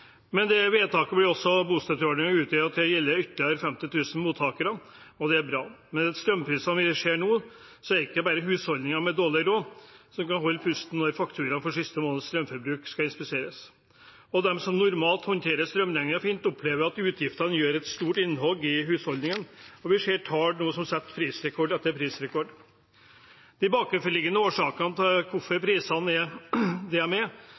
vedtaket blir bostøtteordningen også utvidet til å gjelde ytterligere 50 000 mottakere, og det er bra. Med de strømprisene vi ser nå, er det ikke bare husholdninger med dårlig råd som holder pusten når fakturaen for siste måneds strømforbruk skal inspiseres. Også de som normalt håndterer strømregningene fint, opplever at utgiftene gjør et stort innhogg i husholdningen, og vi ser nå tall som setter prisrekord etter prisrekord. De bakenforliggende årsakene til hvorfor prisene er slik de er,